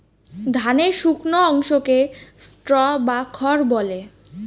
ধানের শুকনো অংশকে স্ট্র বা খড় বলে